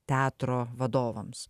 teatro vadovams